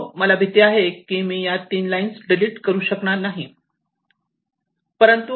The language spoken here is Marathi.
परंतु मला भीती आहे की मी या 3 लाईन्स डिलीट करू शकणार नाही